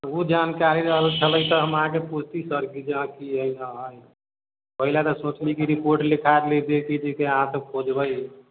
ओ जानकारी रहल छलै तऽ हम अहाँकेँ पूछती सर कि हँ जे कि होना है ओहि लए तऽ सोचली हँ कि रिपोर्ट लिखा दी कि अहाँ सब खोजबए